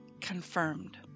confirmed